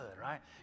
right